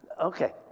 Okay